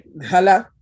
hello